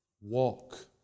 Walk